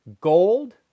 gold